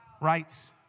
Rights